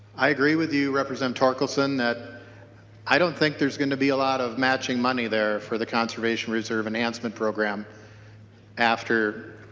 i agree with you representative torkelson that i don't think there's going to be a lot of matching money there for the conservation reserve enhancement program after